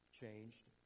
changed